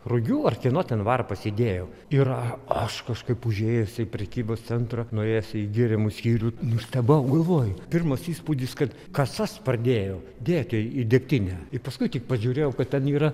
rugių ar kieno ten varpas įdėjo ir aš kažkaip užėjęs į prekybos centrą nuėjęs į gėrimų skyrių nustebau galvoju pirmas įspūdis kad kasas pradėjo dėti į degtinę ir paskui tik pažiūrėjau kad ten yra